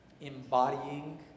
embodying